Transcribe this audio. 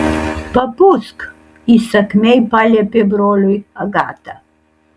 papūsk įsakmiai paliepė broliui agata